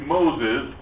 Moses